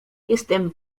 jestem